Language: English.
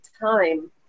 time